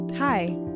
Hi